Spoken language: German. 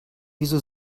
wieso